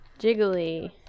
Jiggly